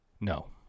No